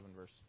verse